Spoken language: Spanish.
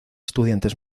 estudiantes